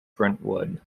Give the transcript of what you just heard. brentwood